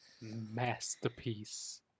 Masterpiece